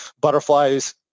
butterflies